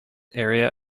area